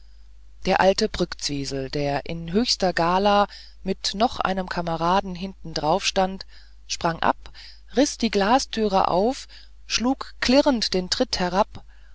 der alte brktzwisl der in höchster gala mit noch einem kameraden hintendrauf stand sprang ab riß die glastüre auf schlug klirrend den tritt herab jetzt